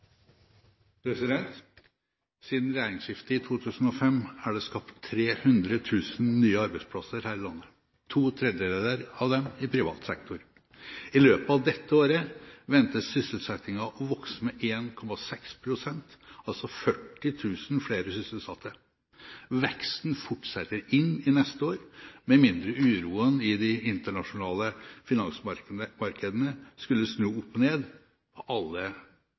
skapt 300 000 nye arbeidsplasser her i landet, to tredjedeler av dem i privat sektor. I løpet av dette året venter sysselsettingen å vokse med 1,6 pst., altså 40 000 flere sysselsatte. Veksten fortsetter inn i neste år, med mindre uroen i de internasjonale finansmarkedene skulle snu opp ned på alle